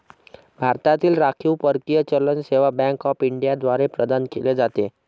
भारतातील राखीव परकीय चलन सेवा बँक ऑफ इंडिया द्वारे प्रदान केले जाते